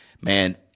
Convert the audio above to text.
Man